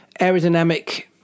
aerodynamic